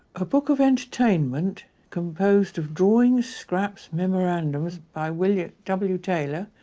a book of entertainment composed of drawings, scraps, memorandums by william. w taylor.